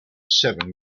seven